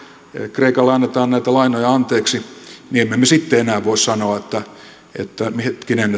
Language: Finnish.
kreikalle annetaan näitä lainoja anteeksi niin emme me me sitten enää voi sanoa että hetkinen